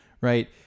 Right